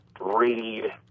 read